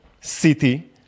city